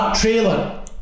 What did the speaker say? trailer